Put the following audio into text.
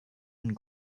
and